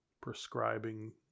prescribing